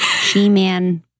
She-man